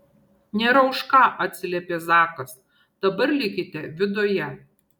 nėra už ką atsiliepė zakas dabar likite viduje